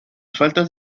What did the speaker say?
faltas